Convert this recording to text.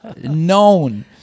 known